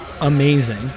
amazing